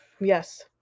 Yes